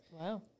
Wow